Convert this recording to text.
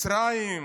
מצרים,